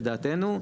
לדעתנו,